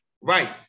Right